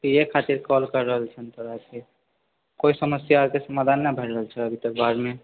इएह खातिर काल करि रहल छिअनि हम तोरा कऽ कोई समस्याके समाधान नहि भए रहल छै अभी तक बाढ़मे